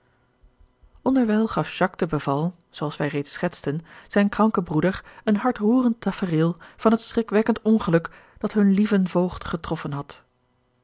beval zoo als wij reeds schetsten zijn kranken broeder een hartroerend tafereel van het schrikwekkend ongeluk dat hun lieven voogd getroffen had